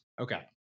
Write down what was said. Okay